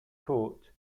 coat